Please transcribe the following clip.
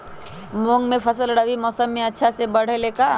मूंग के फसल रबी मौसम में अच्छा से बढ़ ले का?